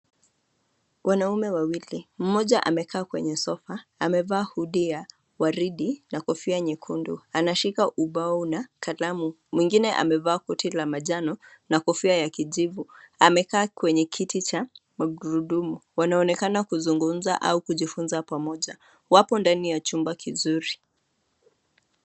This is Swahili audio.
Wanaume wawili. Mmoja amekaa kwenye sofa, amevaa hudi ya waridi na kofia nyekundu. Anashika ubao na kalamu. Mwingine amevaa koti la manjano, na kofia ya kijivu. Amekaa kwenye kiti cha magurudumu. Wanaonekana kuzungumza au kujifunza pamoja. Wapo ndani ya chumba kizuri.